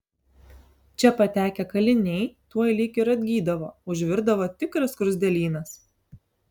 čia patekę kaliniai tuoj lyg ir atgydavo užvirdavo tikras skruzdėlynas